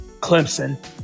Clemson